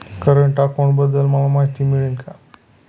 Current अकाउंटबद्दल मला माहिती मिळेल का?